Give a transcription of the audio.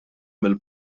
mill